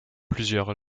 plusieurs